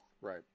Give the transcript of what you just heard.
Right